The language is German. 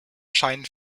scheinen